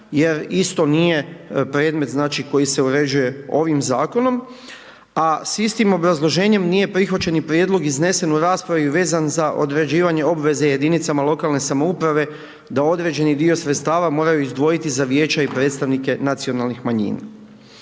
jer isto nije predmet znači koji se uređuje ovim zakonom, a s istim obrazloženjem nije prihvaćen ni prijedlog iznesen u raspravi vezan za određivanje obveze jedinicama lokalne samouprave da određeni dio sredstava moraju izdvojiti za vijeća i predstavnike nacionalnih manjina.